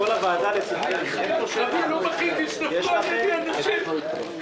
הדיון על הרוויזיה יתקיים בדיון שוועדת ההסכמות עושה?